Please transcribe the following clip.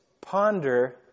ponder